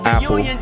Apple